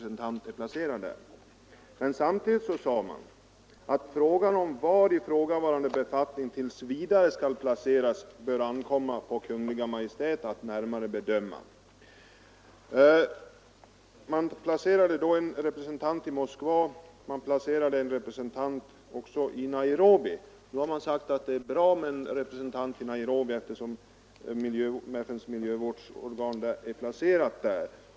Samtidigt sade utskottet: ”Frågan om var ifrågavarande befattning t. v. skall placeras bör ankomma på Kungl. Maj:t att närmare bedöma.” En representant placerades i Moskva och en i Nairobi. Nu säger man att det är bra med en representant i Nairobi eftersom FN:s miljövårdsorgan är placerat där.